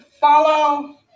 Follow